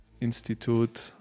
institute